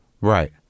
Right